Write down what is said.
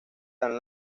tan